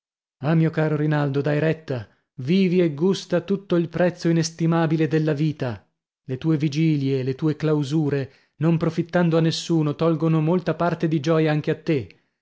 ah mio caro rinaldo dai retta vivi e gusta tutto il prezzo inestimabile della vita le tue vigilie le tue clausure non profittando a nessuno tolgono molta parte di gioia anche a te